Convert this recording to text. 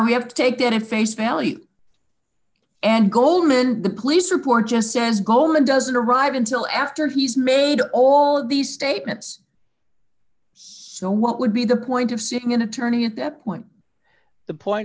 now have to take in a face value and goldman the police report just says goldman doesn't arrive until after he's made all of these statements what would be the point of seeking an attorney at that point the point